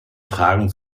fragen